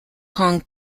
kong